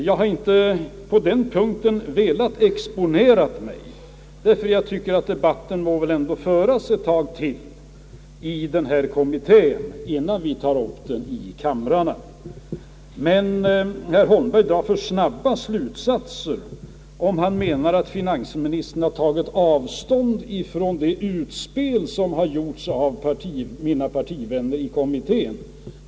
Jag har på den punkten inte velat exponera mig då jag tycker att debatten i kommittén må föras ett tag till innan vi tar upp frågan i kamrarna. Men herr Holmberg drar för snabba slutsatser om han menar att finansministern tagit avstånd ifrån det utspel i kommittén som mina partivänner gjorde.